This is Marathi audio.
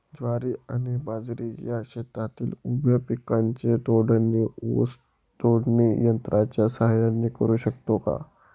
ज्वारी आणि बाजरी या शेतातील उभ्या पिकांची तोडणी ऊस तोडणी यंत्राच्या सहाय्याने करु शकतो का?